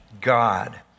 God